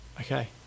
Okay